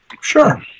Sure